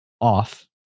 off